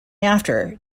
after